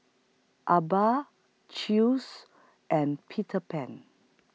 Alba Chew's and Peter Pan